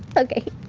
okay.